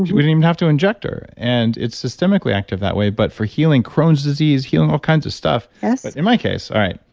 we didn't even have to inject her and it's systemically active that way but for healing crohn's disease, healing all kinds of stuff. but yeah so in my case, all right,